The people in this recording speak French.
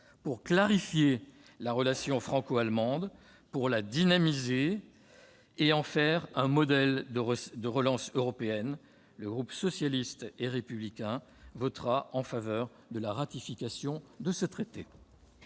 de clarifier la relation franco-allemande, de la dynamiser et d'en faire un modèle pour la relance européenne, le groupe socialiste et républicain votera en faveur de la ratification de ce traité.